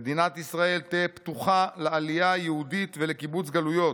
"מדינת ישראל תהא פתוחה לעלייה יהודית ולקיבוץ גלויות,